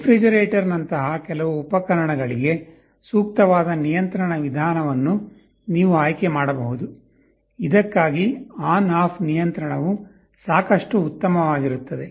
refrigerator ನಂತಹ ಕೆಲವು ಉಪಕರಣಗಳಿಗೆ ಸೂಕ್ತವಾದ ನಿಯಂತ್ರಣ ವಿಧಾನವನ್ನು ನೀವು ಆಯ್ಕೆ ಮಾಡಬಹುದು ಇದಕ್ಕಾಗಿ ಆನ್ ಆಫ್ ನಿಯಂತ್ರಣವು ಸಾಕಷ್ಟು ಉತ್ತಮವಾಗಿರುತ್ತದೆ